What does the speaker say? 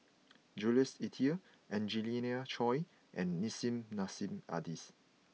Jules Itier Angelina Choy and Nissim Nassim Adis